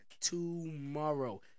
tomorrow